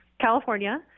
California